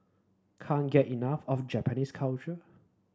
can't get enough of Japanese culture